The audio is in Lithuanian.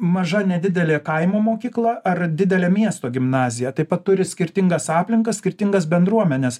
maža nedidelė kaimo mokykla ar didelė miesto gimnazija taip pat turi skirtingas aplinkas skirtingas bendruomenes